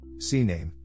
CNAME